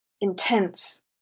intense